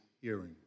hearing